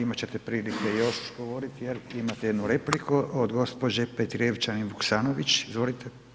Imat ćete prilike još govorit jer imate jednu repliku od gđe. Petrijevčanin Vuksanović, izvolite.